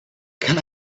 can